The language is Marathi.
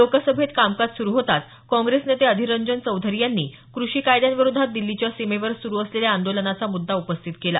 लोकसभेत कामकाज स्रु होताच काँग्रेस नेते अधीर रंजन चौधरी यांनी कृषी कायद्यांविरोधात दिल्लीच्या सीमेवर सुरु असलेल्या आंदोलनाचा मुद्दा उपस्थित केला